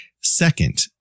second